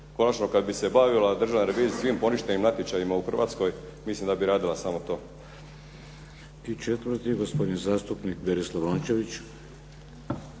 Konačno kada bi se bavila Državna revizija svim poništenim natječajima u Hrvatskoj, mislim da bi radila samo to. **Šeks, Vladimir (HDZ)** I četvrti, gospodin zastupnik Berislav Rončević.